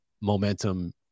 momentum